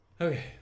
Okay